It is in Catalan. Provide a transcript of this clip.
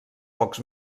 pocs